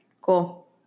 Cool